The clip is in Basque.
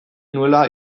nuela